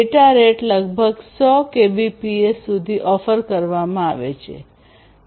data rate લગભગ 100 kbps સુધી offer કરવામાં આવે છે